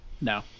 No